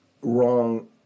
wrong